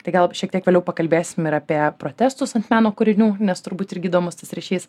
tai gal šiek tiek vėliau pakalbėsim ir apie protestus ant meno kūrinių nes turbūt irgi įdomus tas ryšys